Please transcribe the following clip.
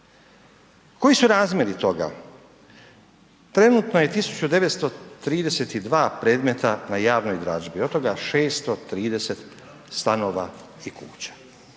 Koji su razmjeri toga? Trenutno je 1.932 predmeta na javnoj dražbi od toga 630 stanova i kuća.